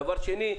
דבר שני,